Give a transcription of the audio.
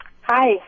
Hi